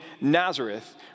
Nazareth